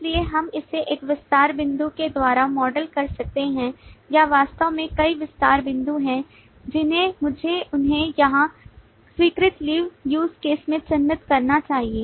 इसलिए हम इसे एक विस्तार बिंदु के द्वारा मॉडल कर सकते हैं या वास्तव में कई विस्तार बिंदु हैं जिन्हें मुझे उन्हें यहां स्वीकृत लीव use cases में चिह्नित करना चाहिए